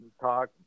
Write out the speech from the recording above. talk